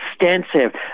extensive